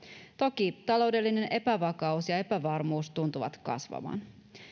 toki taloudellinen epävakaus ja epävarmuus tuntuvat kasvavan